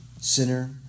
Sinner